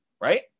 right